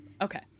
Okay